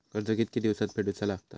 कर्ज कितके दिवसात फेडूचा लागता?